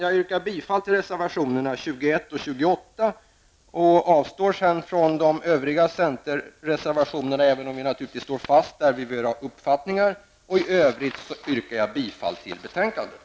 Jag yrkar bifall till reservationerna 21 och 28 och avstår från yrkanden till de övriga centerreservationerna, även om vi naturligtvis står fast vid våra uppfattningar. I övrigt yrkar jag bifall till utskottets hemställan.